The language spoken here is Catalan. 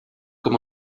com